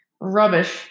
Rubbish